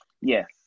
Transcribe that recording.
Yes